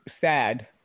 sad